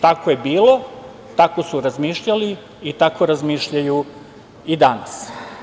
Tako je bilo, tako su razmišljali i tako razmišljaju i danas.